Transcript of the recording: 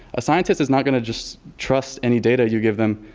a scientist is not going to just trust any data you give them.